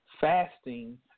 fasting